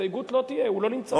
הסתייגות לא תהיה, הוא לא נמצא.